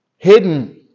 hidden